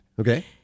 Okay